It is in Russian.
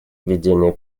ведение